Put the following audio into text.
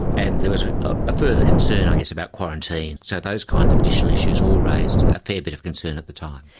and there was a further concern i guess about quarantine. so those kinds of additional issues all raised a fair bit of concern at the time.